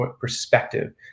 perspective